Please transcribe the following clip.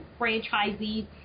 franchisees